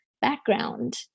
background